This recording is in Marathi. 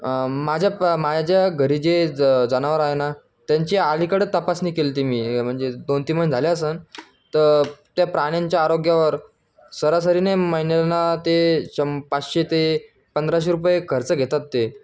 माझ्या प माझ्या घरी जे ज जनावर आहे ना त्यांची अलीकडे तपासणी केलती मी म्हणजे दोन तीन महिने झाले असेन त त्या प्राण्यांच्या आरोग्यावर सरासरीने महिन्यांना ते चं पाचशे ते पंधराशे रुपये खर्च घेतात ते